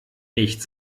nicht